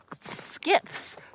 skips